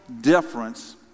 difference